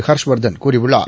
ஹர்ஷவாதன் கூறியுள்ளார்